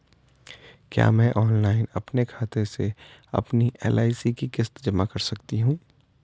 क्या मैं ऑनलाइन अपने खाते से अपनी एल.आई.सी की किश्त जमा कर सकती हूँ?